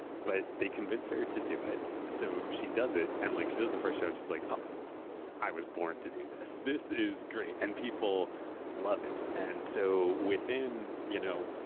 but they convinced her to do it. so she does it. and like she does the first show and she's like oh i was born to do this. this is great, and people love it. and so within you know